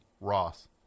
Ross